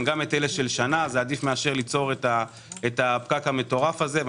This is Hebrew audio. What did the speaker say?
גם את אלה של שנה זה עדיף מאשר ליצור את הפקק המטורף הזה.